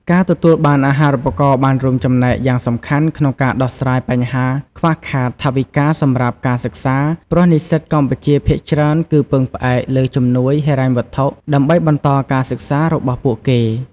ការទទួលបានអាហារូបករណ៍បានរួមចំណែកយ៉ាងសំខាន់ក្នុងការដោះស្រាយបញ្ហាខ្វះខាតថវិកាសម្រាប់ការសិក្សា ព្រោះនិស្សិតកម្ពុជាភាគច្រើនគឺពឹងផ្អែកលើជំនួយហិរញ្ញវត្ថុដើម្បីបន្តការសិក្សារបស់ពួកគេ។